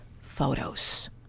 photos